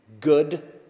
good